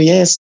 Yes